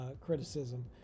criticism